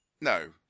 No